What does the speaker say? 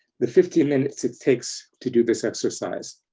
the fifteen minutes it takes to do this exercise.